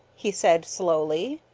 he said slowly.